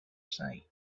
side